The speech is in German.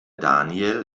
daniel